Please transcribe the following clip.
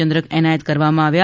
ચંદ્રક એનાયત કરવામાં આવ્યાં